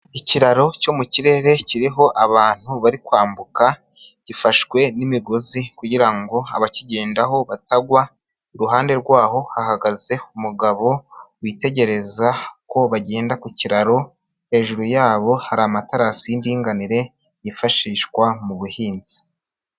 ikiraro cyo mu kirere kiriho abantu bari kwambuka, gifashwe n'imigozi kugira ngo abakigendaho batagwa, iruhande rwaho hahagaze umugabo witegereza ko bagenda ku kiraro, hejuru yabo hari amatarasi y'indinganire yifashishwa mu buhinzi.